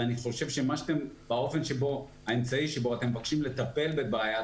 אני חושב שהאמצעי שבו אתם מבקשים לטפל בבעיית